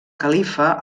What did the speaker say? califa